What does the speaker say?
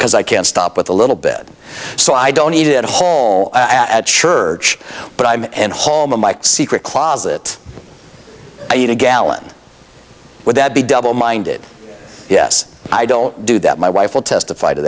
because i can't stop with a little bit so i don't eat it whole at church but i'm and home of my secret closet i eat a gallon would that be double minded yes i don't do that my wife will testify to